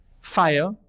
fire